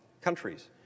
countries